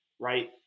right –